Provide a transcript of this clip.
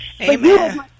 Amen